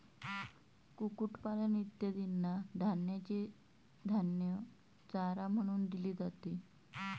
कुक्कुटपालन इत्यादींना धान्याचे धान्य चारा म्हणून दिले जाते